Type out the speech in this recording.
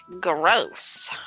gross